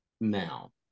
now